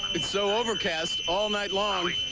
it's so overcast all night long.